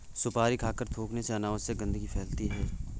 सुपारी खाकर थूखने से अनावश्यक गंदगी फैलती है